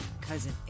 Cousin